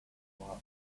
were